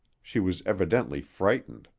she was evidently frightened.